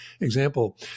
example